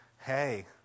hey